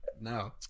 no